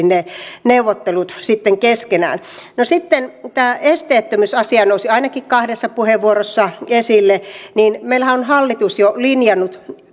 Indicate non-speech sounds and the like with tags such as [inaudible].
[unintelligible] ne neuvottelut sitten keskenään no sitten tämä esteettömyysasia nousi ainakin kahdessa puheenvuorossa esille meillähän on hallitus jo linjannut